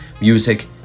music